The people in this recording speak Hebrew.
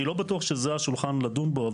אני לא בטוח שזה השולחן לדון בו,